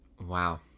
wow